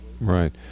Right